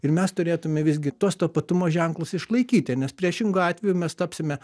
ir mes turėtume visgi tuos tapatumo ženklus išlaikyti nes priešingu atveju mes tapsime